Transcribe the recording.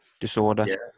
disorder